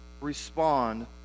respond